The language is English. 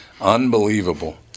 unbelievable